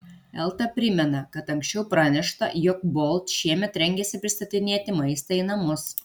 elta primena kad anksčiau pranešta jog bolt šiemet rengiasi pristatinėti maistą į namus